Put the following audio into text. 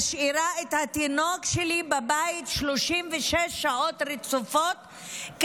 משאירה את התינוק שלי בבית 36 שעות רצופות,